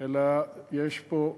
אלא יש פה,